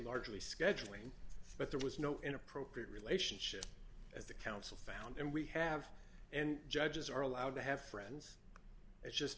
largely scheduling but there was no inappropriate relationship at the council found and we have and judges are allowed to have friends it's just